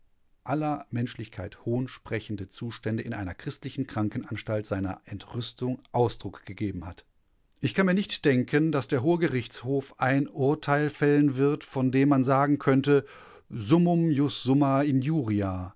aller menschlichkeit hohn sprechende zustände in einer christlichen krankenanstalt seiner entrüstung ausdruck gegeben hat ich kann mir nicht denken daß der hohe gerichtshof ein urteil fällen wird von dem man sagen könnte summum jus summa injuria